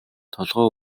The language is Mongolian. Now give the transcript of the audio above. толгой